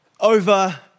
over